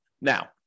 Now